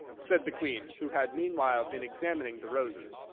said the queen, who had meanwhile been examining the roses.